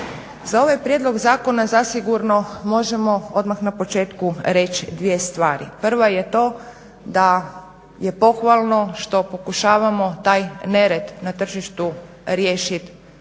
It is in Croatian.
Za ovaj prijedlog zakona zasigurno možemo odmah na početku reći dvije stvari. Prva je to da je pohvalno što pokušavamo taj nered na tržištu riješiti